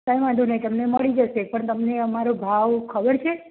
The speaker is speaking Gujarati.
કઈ વાંધો નઇ તમને મળી જશે પણ તમને અમારો ભાવ ખબર છે